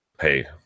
hey